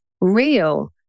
real